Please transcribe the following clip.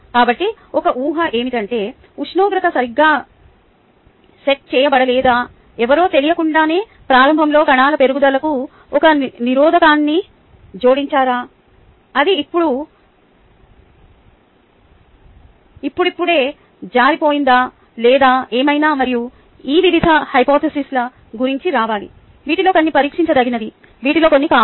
కాబట్టి ఒక ఊహ ఏమిటంటే ఉష్ణోగ్రత సరిగ్గా సెట్ చేయబడలేదు లేదా ఎవరో తెలియకుండానే ప్రారంభంలో కణాల పెరుగుదలకు ఒక నిరోధకాన్ని జోడించారు అది ఇప్పుడిప్పుడే జారిపోయింది లేదా ఏమైనా మరియు ఈ వివిధ హైపొథేసిస్ల గురించి రావాలి వీటిలో కొన్ని పరీక్షించదగినది వీటిలో కొన్ని కాదు